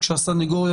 כשהסנגוריה